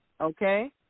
Okay